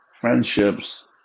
friendships